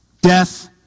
death